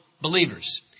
believers